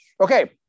Okay